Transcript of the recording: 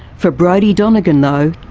for brodie donegan though,